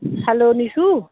hello Nishu